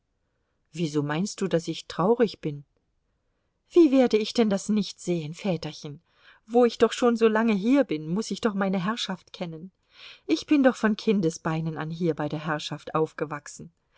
wieso meinst du daß ich traurig bin wie werde ich denn das nicht sehen väterchen wo ich doch schon so lange hier bin muß ich doch meine herrschaft kennen ich bin doch von kindesbeinen an hier bei der herrschaft aufgewachsen